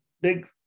big